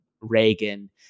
Reagan